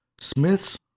Smith's